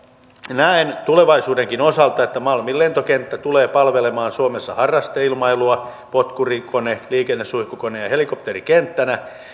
näen tulevaisuudenkin osalta että malmin lentokenttä tulee palvelemaan suomessa harrasteilmailua potkurikone liikennesuihkukone ja helikopterikenttänä